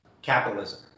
capitalism